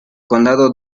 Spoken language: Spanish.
condado